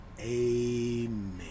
Amen